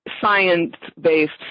science-based